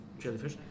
jellyfish